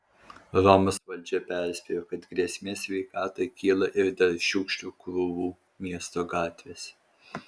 romos valdžia perspėjo kad grėsmė sveikatai kyla ir dėl šiukšlių krūvų miesto gatvėse